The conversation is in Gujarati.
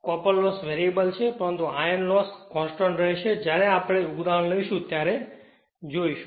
કોપર લોસ વેરીએબલ છે પરંતુ આયર્ન લોસ કોંસ્ટંટ રહેશે જ્યારે આપણે એક ઉદાહરણ લઈશું ત્યારે જોઈશું